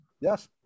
Yes